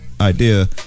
Idea